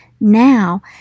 now